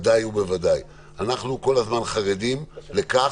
אנחנו כל הזמן חרדים לכך,